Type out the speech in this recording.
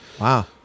wow